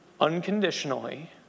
unconditionally